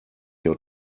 your